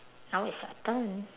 now it's your turn